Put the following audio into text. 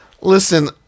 Listen